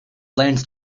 lens